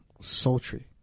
sultry